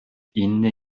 inny